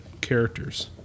characters